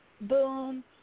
boom